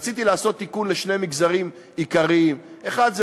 רציתי לעשות תיקון לשני מגזרים עיקריים: האחד,